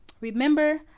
Remember